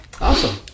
awesome